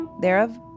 thereof